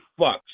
fucks